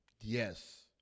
Yes